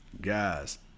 guys